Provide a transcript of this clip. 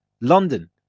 London